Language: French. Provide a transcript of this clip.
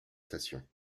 stations